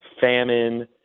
famine